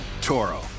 Toro